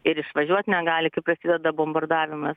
ir išvažiuot negali kai prasideda bombardavimas